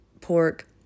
pork